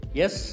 yes